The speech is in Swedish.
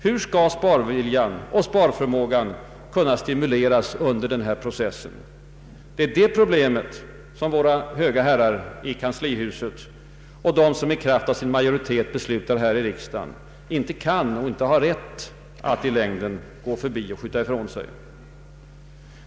Hur skall sparviljan och sparförmågan kunna stimuleras under denna process? Det är det problemet som våra höga herrar i kanslihuset och de som i kraft av sin majoritet beslutar här i riksdagen inte kan och inte har rätt att i längden skjuta ifrån sig.